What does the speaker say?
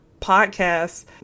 podcasts